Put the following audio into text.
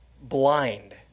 blind